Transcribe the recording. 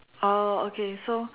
oh okay so